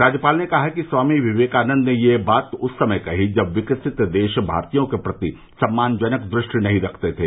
राज्यपाल ने कहा कि स्वामी विवेकानन्द ने यह बात उस समय कही थी जब विकसित देश भारतीयों के प्रति सम्मान जनक दृष्टि नहीं रखते थे